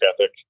ethic